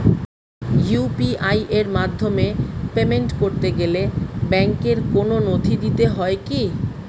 UPI এর মাধ্যমে payment করতে গেলে ব্যাংকের কোন নথি দিতে হয় কি?